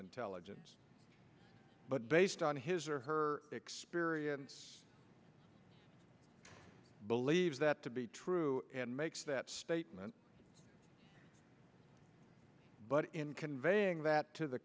intelligence but based on his or her experience believes that to be true and makes that statement but in conveying that to the